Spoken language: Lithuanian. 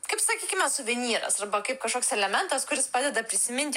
kaip sakykime suvenyras arba kaip kažkoks elementas kuris padeda prisiminti